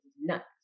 nuts